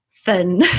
thin